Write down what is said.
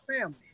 family